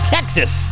Texas